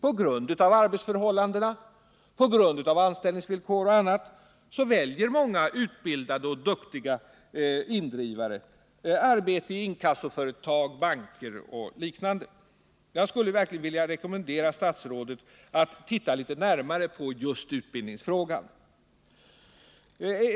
På grund av arbetsförhållandena, anställningsvillkor och annat väljer många utbildade och duktiga indrivare arbete i inkassoföretag, banker o. d. Jag vill verkligen rekommendera statsrådet att titta litet närmare på just utbildningsfrågan.